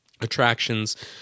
attractions